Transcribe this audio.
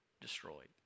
destroyed